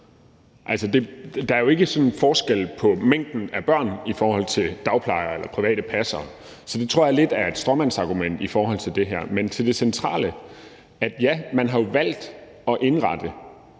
der er jo ikke sådan forskel på antallet af børn, i forhold til om det er dagplejere eller private passere, så det tror jeg lidt er et stråmandsargument i forhold til det her. Men til det centrale vil jeg sige, at ja, man har jo valgt at indrette,